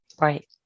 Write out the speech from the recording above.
Right